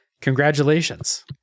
congratulations